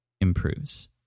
improves